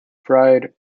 fried